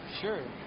Sure